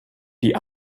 die